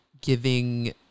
giving